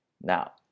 Now